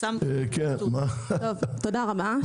תודה רבה.